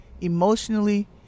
emotionally